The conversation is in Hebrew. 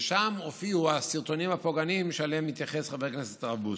ושם הופיעו הסרטונים הפוגעניים שאליהם מתייחס חבר הכנסת הרב בוסו,